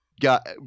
got